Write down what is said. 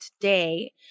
today